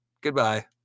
Goodbye